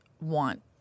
want